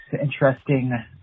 interesting